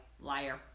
liar